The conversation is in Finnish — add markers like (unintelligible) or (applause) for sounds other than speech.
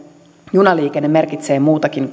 junaliikenne merkitsee muutakin (unintelligible)